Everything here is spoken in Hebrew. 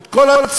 את כל הצמתים,